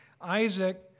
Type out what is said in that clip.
Isaac